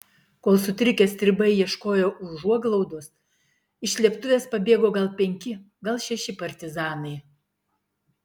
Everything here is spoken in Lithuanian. kol sutrikę stribai ieškojo užuoglaudos iš slėptuvės pabėgo gal penki gal šeši partizanai